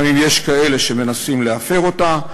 וגם אם יש כאלה שמנסים להפר אותה,